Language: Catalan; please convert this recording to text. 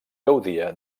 gaudia